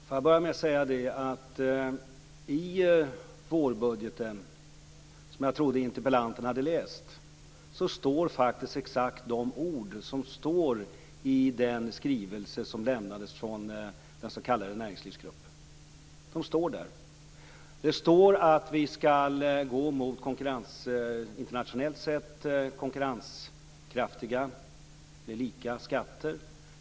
Fru talman! I vårbudgeten, som jag trodde att interpellanten hade läst, står exakt de ord som återfinns i den skrivelse som lämnades från den s.k. Näringslivsgruppen. Det står att vi skall gå mot internationellt sett konkurrenskraftiga eller lika skatter.